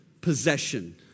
possession